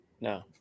No